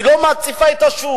היא לא מציפה את השוק.